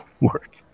work